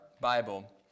Bible